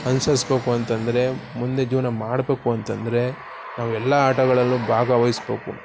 ಅನುಸರ್ಸ್ಕೊಳ್ಬೇಕು ಅಂತ ಅಂದ್ರೆ ಮುಂದೆ ಜೀವನ ಮಾಡಬೇಕು ಅಂತ ಅಂದ್ರೆ ನಾವು ಎಲ್ಲ ಆಟಗಳಲ್ಲೂ ಭಾಗವಹಿಸ್ಬೇಕು